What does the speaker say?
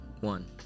one